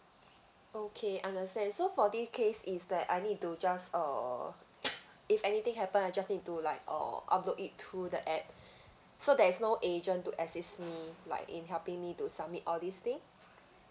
okay understand so for this case is that I need to just uh if anything happen I just need to like uh upload it through the app so there's no agent to assist me like in helping me to submit all these thing